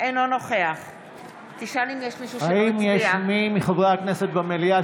נוכח האם יש מי מחברי הכנסת במליאה